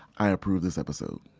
i approve this episode.